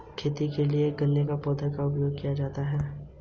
गेंदे के पौधे को किस समय बोया जाता है?